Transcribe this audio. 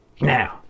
Now